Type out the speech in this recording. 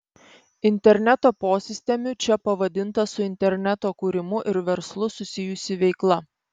interneto posistemiu čia pavadinta su interneto kūrimu ir verslu susijusi veikla